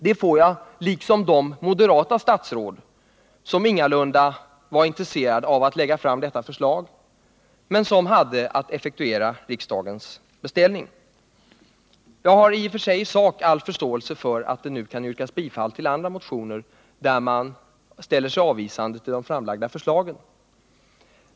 Det får jag göra, liksom de moderata statsråd som ingalunda var intresserade av att lägga fram detta förslag men som hade att effektuera riksdagens beställning. Jag har i och för sig i sak all förståelse för att det nu kan yrkas bifall till andra motioner, där man ställer sig avvisande till det framlagda förslaget.